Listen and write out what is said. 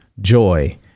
joy